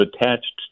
attached